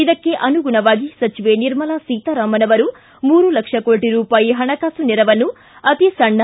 ಇದಕ್ಕೆ ಅನುಗುಣವಾಗಿ ಸಚಿವೆ ನಿರ್ಮಲಾ ಸೀತಾರಾಮನ್ ಅವರು ಮೂರು ಲಕ್ಷ ಕೋಟಿ ರೂಪಾಯಿ ಹಣಕಾಸು ನೆರವನ್ನು ಅತಿ ಸಣ್ಣ